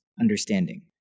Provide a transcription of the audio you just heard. understanding